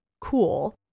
cool